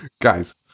Guys